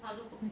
um